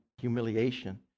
humiliation